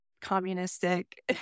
communistic